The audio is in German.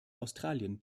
australien